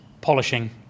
polishing